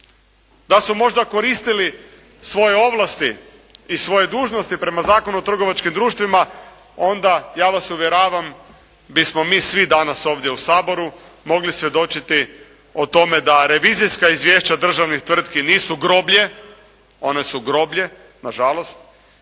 da su možda koristili svoje ovlasti i svoje dužnosti prema Zakonu o trgovačkim društvima onda ja vas uvjeravam bismo mi svi danas ovdje u Saboru mogli svjedočiti o tome da revizijska izvješća državnih tvrtki nisu groblje, one su groblje nažalost.